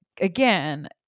again